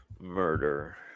Murder